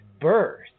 birth